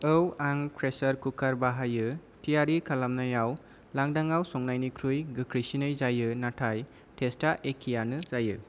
औ आं pressure cooker बाहायो थियारि खालामनायाव लांदांआव संनायनिख्रुइ गोख्रैसिनै जायो नाथाय थेस्टा एखेयानो जायो